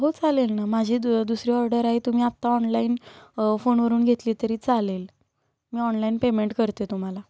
हो चालेल ना माझी दु दुसरी ऑर्डर आहे तुम्ही आत्ता ऑनलाईन फोनवरून घेतली तरी चालेल मी ऑनलाईन पेमेंट करते तुम्हाला